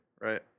right